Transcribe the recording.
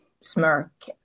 smirk